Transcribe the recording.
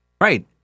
right